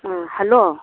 ꯑꯥ hello